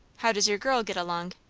how does your girl get along?